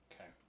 Okay